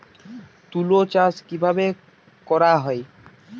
তুলো চাষ কিভাবে করা হয়?